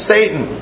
Satan